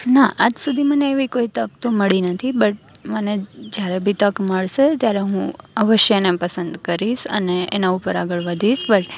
ના આજ સુધી મને એવી કોઈ તક તો મળી નથી બટ મને જ્યારે બી તક મળશે ત્યારે હું અવશ્ય એને પસંદ કરીશ અને એના ઉપર આગળ વધીશ